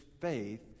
faith